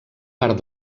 part